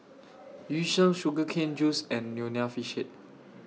Yu Sheng Sugar Cane Juice and Nonya Fish Head